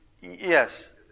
yes